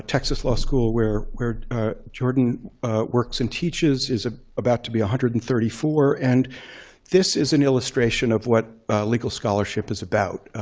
texas law school, where where jordan works and teaches, is ah about to be one hundred and thirty four. and this is an illustration of what legal scholarship is about.